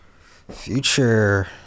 Future